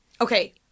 Okay